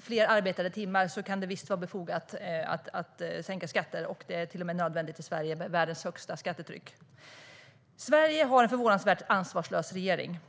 fler arbetade timmar kan det visst vara befogat att sänka skatter. Det är till och med nödvändigt i Sverige, som har världens högsta skattetryck. Sverige har en förvånansvärt ansvarslös regering.